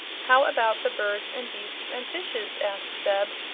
how about the birds and beasts and fishes? asked zeb.